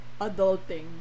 adulting